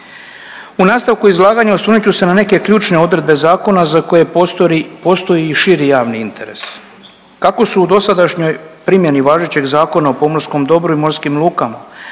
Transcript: U nastavku izlaganja osvrnut ću se na neke ključne odredbe zakona za koje postoji i širi javni interes. Kako su u dosadašnjoj primjeni važećeg Zakona o pomorskom dobru i morskim lukama